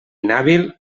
inhàbil